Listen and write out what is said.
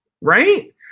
right